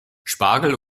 spargel